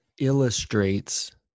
illustrates